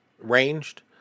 ranged